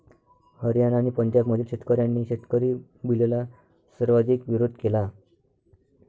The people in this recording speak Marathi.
हरियाणा आणि पंजाबमधील शेतकऱ्यांनी शेतकरी बिलला सर्वाधिक विरोध केला